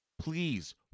please